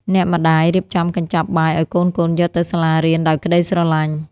អ្នកម្តាយរៀបចំកញ្ចប់បាយឱ្យកូនៗយកទៅសាលារៀន ដោយក្តីស្រឡាញ់។